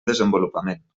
desenvolupament